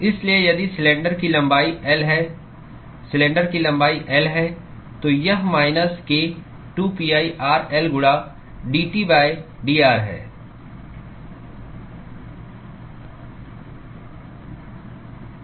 इसलिए यदि सिलेंडर की लंबाई L है सिलेंडर की लंबाई L है तो यह minus k 2pi r L गुणा dT by dr है